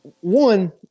one